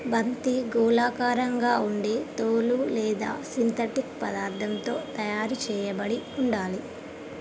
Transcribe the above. బంతి గోళాకారంగా ఉండి తోలు లేదా సింథటిక్ పదార్థంతో తయారు చేయబడి ఉండాలి